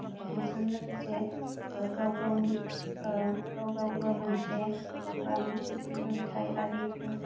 बेजों लोगोसे गाव गाव गाव गावबो मोनसे बा मोनसे सोलोंथायारिफोर